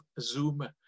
Zoom